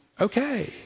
Okay